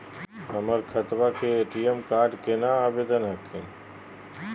हमर खतवा के ए.टी.एम कार्ड केना आवेदन हखिन?